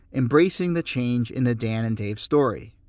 embracing the change in the dan and dave story.